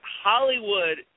Hollywood